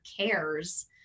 cares